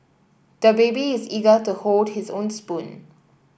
the baby is eager to hold his own spoon